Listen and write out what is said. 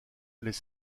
les